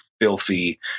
filthy